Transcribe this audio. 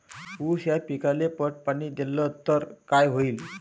ऊस या पिकाले पट पाणी देल्ल तर काय होईन?